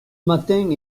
matin